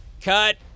cut